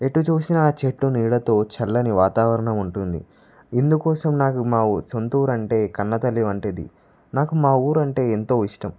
ఎటు చూసినా చెట్టు నీడతో చల్లని వాతావరణం ఉంటుంది ఇందుకోసం నాకు మా సొంత ఊరు అంటే కన్నతల్లి వంటిది నాకు మా ఊరు అంటే ఎంతో ఇష్టం